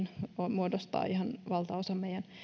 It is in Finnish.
muodostavat ihan valtaosan meidän